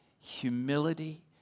humility